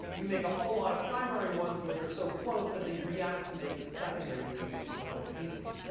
you make a whole lot of primary ones, which are so close that they react to make the secondary species much more easily.